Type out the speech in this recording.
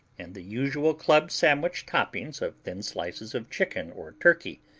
and the usual club-sandwich toppings of thin slices of chicken or turkey,